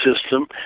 system